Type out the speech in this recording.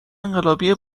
انقلابی